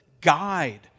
guide